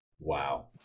Wow